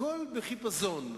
הכול בחיפזון.